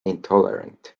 intolerant